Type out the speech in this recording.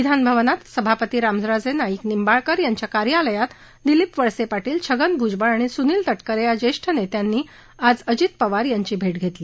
विधानभवनात सभापती रामराजे नाईक निंबाळकर यांच्या कार्यालयात दिलीप वळसे पाधील छगन भूजबळ आणि सुनिल त करे यां ज्येष्ठ नेत्यांनी आज अजित पवार यांची भे घेतली